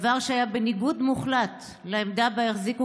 דבר שהיה בניגוד מוחלט לעמדה בה החזיקו